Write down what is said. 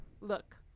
Look